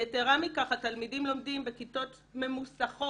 יתרה מכך, התלמידים לומדים בכיתות ממוסכות,